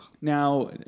Now